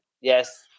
Yes